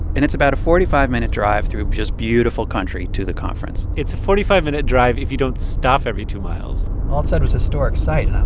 and it's about a forty five minute drive through just beautiful country to the conference it's a forty five minute drive if you don't stop every two miles all it said was, historic site, and i.